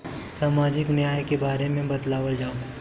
सामाजिक न्याय के बारे में बतावल जाव?